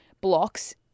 blocks